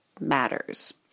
matters